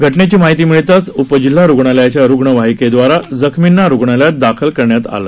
घटनेची माहिती मिळताच उ जिल्हा रुग्णालयाच्या रूग्णवाहीकेदवारा जखमींना रुग्णालयात दाखल करण्यात आलं